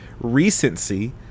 recency